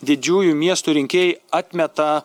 didžiųjų miestų rinkėjai atmeta